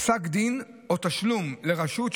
פסק דין או תשלום לרשות),